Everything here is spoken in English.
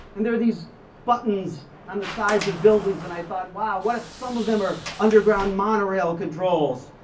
and there are these buttons on the sides of buildings and i thought wow, what if some of them are underground monorail controls?